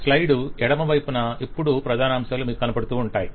slide ఎడమ వైపున ఎప్పుడూ ప్రధానాంశాలు మీకు కనపడుతూ ఉంటాయి